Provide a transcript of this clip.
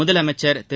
முதலமைச்ச் திரு